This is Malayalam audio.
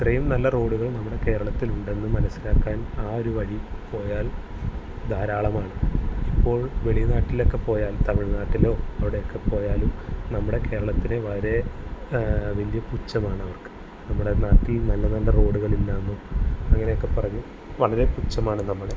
ഇത്രയും നല്ല റോഡുകൾ നമ്മുടെ കേരളത്തിൽ ഉണ്ടെന്ന് മനസിലാക്കാൻ ആ ഒരു വഴി പോയാൽ ധാരാളമാണ് ഇപ്പോൾ വെളിനാട്ടിലൊക്കെ പോയാൽ തമിഴ്നാട്ടിലോ അവിടെയൊക്കെ പോയാലും നമ്മുടെ കേരളത്തിലെ വളരെ വലിയ പുച്ഛമാണവർക്ക് നമ്മുടെ നാട്ടിൽ നല്ല നല്ല റോഡുകളില്ലാന്നും അങ്ങനെയൊക്കെ പറഞ്ഞ് വളരെ പുച്ഛമാണ് നമ്മളെ